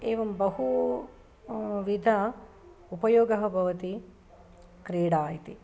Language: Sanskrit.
एवं बहुविध उपयोगः भवति क्रीडा इति